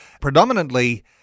predominantly